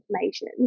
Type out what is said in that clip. information